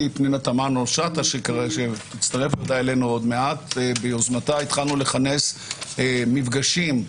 למדנו את השדה הזה והתחלנו להעריך צרכים ובקשות,